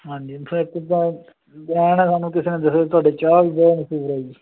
ਹਾਂਜੀ ਫਿਰ ਕਿੱਦਾਂ ਐਂ ਨਾ ਸਾਨੂੰ ਕਿਸੇ ਨੇ ਦੱਸਿਆ ਤੁਹਾਡੇ ਚਾਹ ਵੀ ਬਹੁਤ ਮਸ਼ਹੂਰ ਹੈ ਜੀ